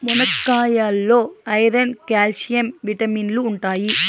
మునక్కాయాల్లో iron, calcium విటమిన్లు ఉంటాయి